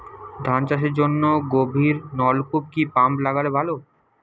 ধান চাষের জন্য গভিরনলকুপ কি পাম্প লাগালে ভালো?